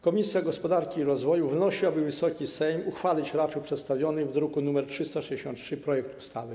Komisja Gospodarki i Rozwoju wnosi, aby Wysoki Sejm uchwalić raczył przedstawiony w druku nr 363 projekt ustawy.